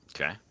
Okay